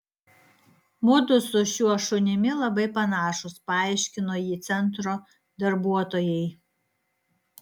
mudu su šiuo šunimi labai panašūs paaiškino ji centro darbuotojai